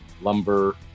lumber